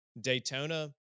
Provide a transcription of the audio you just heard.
Daytona